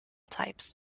types